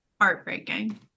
Heartbreaking